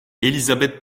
elisabeth